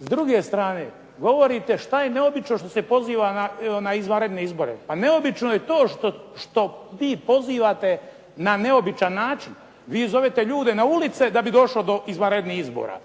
S druge strane, govorite što je neobično što se poziva na izvanredne izbore? Pa neobično je to što vi pozivate na neobičan način. Vi zovete ljude na ulice da bi došlo do izvanrednih izbora,